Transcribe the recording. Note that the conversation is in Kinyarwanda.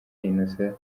innocent